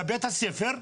בבית הספר,